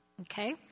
okay